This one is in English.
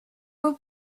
will